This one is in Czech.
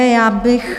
Já bych...